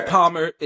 Palmer